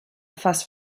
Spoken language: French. face